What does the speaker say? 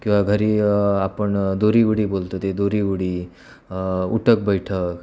किंवा घरी आपण दोरी उडी बोलतो ते ते दोरी उडी उठक बैठक